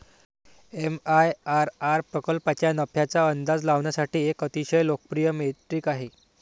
MIRR प्रकल्पाच्या नफ्याचा अंदाज लावण्यासाठी एक अतिशय लोकप्रिय मेट्रिक आहे